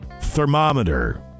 Thermometer